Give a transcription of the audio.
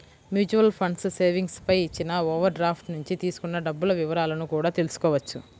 mutual funds savings పై ఇచ్చిన overdraft నుంచి తీసుకున్న డబ్బుల వివరాలను కూడా తెల్సుకోవచ్చు